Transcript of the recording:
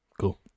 Cool